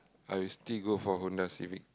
I'll still go for Honda-Civic